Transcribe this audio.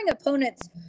opponents